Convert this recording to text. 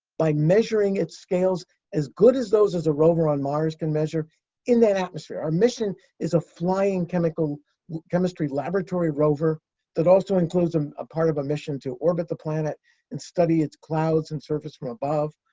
by measuring its scales as good as those as a rover on mars can measure in that atmosphere. our mission is a flying chemistry um chemistry laboratory rover that also includes um a part of a mission to orbit the planet and study its clouds and surface from above,